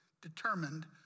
determined